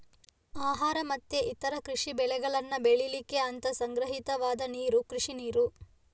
ಆಹಾರ ಮತ್ತೆ ಇತರ ಕೃಷಿ ಬೆಳೆಗಳನ್ನ ಬೆಳೀಲಿಕ್ಕೆ ಅಂತ ಸಂಗ್ರಹಿತವಾದ ನೀರು ಕೃಷಿ ನೀರು